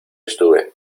estuve